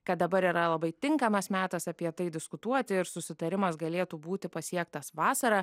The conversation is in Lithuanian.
kad dabar yra labai tinkamas metas apie tai diskutuoti ir susitarimas galėtų būti pasiektas vasarą